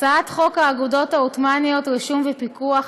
הצעת חוק האגודות העות'מאניות (רישום ופיקוח),